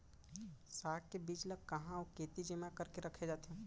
साग के बीज ला कहाँ अऊ केती जेमा करके रखे जाथे?